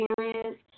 experience